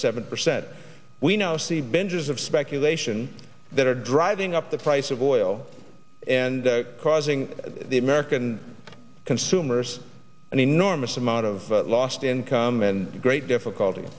seven percent we now see benches of speculation that are driving up the price of oil and causing the american consumers an enormous amount of lost income and great difficulty